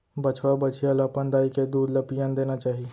बछवा, बछिया ल अपन दाई के दूद ल पियन देना चाही